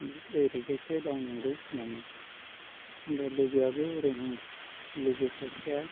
दि ओरैजायसो दावनांगौ होननानै ओमफ्राय लोगोआबो रोंहांबाय लोगो सासेया